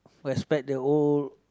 respect the old